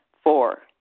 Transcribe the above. Four